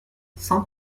sans